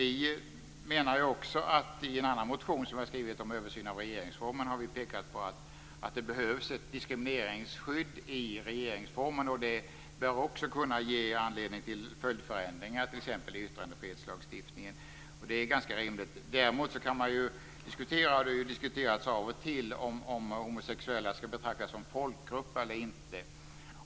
I en annan motion som vi har skrivit om översyn av regeringsformen har vi pekat på att det där behövs ett diskrimineringsskydd. Det bör också kunna ge anledning till följdförändringar, t.ex. i yttrandefrihetslagstiftningen. Det är ganska rimligt. Däremot kan man diskutera, och det har gjorts av och till, om homosexuella skall betraktas som folkgrupp eller inte.